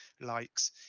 likes